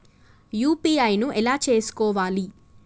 UPI ను ఎలా చేస్కోవాలి?